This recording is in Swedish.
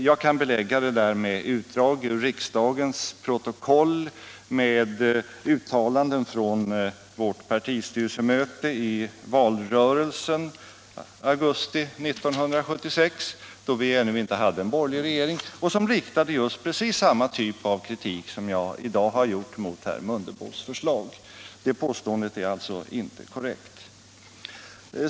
Jag kan belägga det med utdrag ur riksdagens protokoll och med uttalanden från partistyrelsemöte i valrörelsen i augusti 1976 — då vi ännu inte hade en borgerlig regering — som riktade precis samma typ av kritik som jag i dag har riktat mot herr Mundebos förslag. Påståendet är alltså inte korrekt.